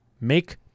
make